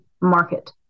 market